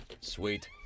Sweet